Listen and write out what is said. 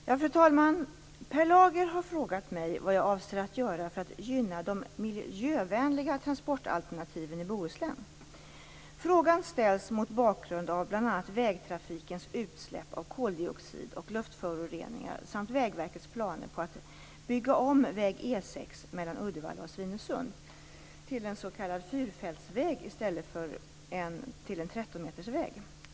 Fru talman! Per Lager har frågat mig vad jag avser att göra för att gynna de miljövänliga transportalternativen i Bohuslän. Frågan ställs mot bakgrund av bl.a. vägtrafikens utsläpp av koldioxid och luftföroreningar samt Vägverkets planer på att bygga om väg E 6 mellan Uddevalla och Svinesund till en s.k. fyrfältsväg i stället för till en 13-metersväg.